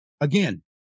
Again